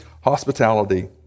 hospitality